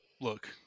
Look